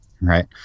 right